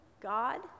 God